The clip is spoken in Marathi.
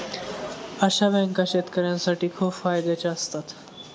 अशा बँका शेतकऱ्यांसाठी खूप फायद्याच्या असतात